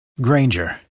Granger